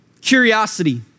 curiosity